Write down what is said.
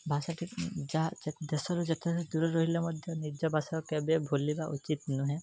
ଭାଷାଟି ଯା ଦେଶର ଯେତେଦୂରରେ ରହିଲେ ମଧ୍ୟ ନିଜ ଭାଷାକୁ କେବେ ଭୁଲିବା ଉଚିତ୍ ନୁହେଁ